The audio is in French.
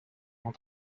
cent